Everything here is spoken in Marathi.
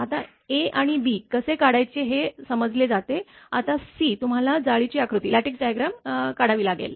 आता ए आणि बी कसे काढायचे हे समजले आता तुम्हाला जाळीची आकृती काढावी लागेल